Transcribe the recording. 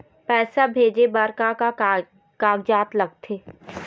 पैसा भेजे बार का का कागजात लगथे?